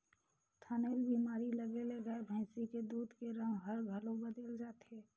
थनैल बेमारी लगे ले गाय भइसी के दूद के रंग हर घलो बदेल जाथे